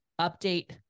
update